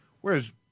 whereas